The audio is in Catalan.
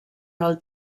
del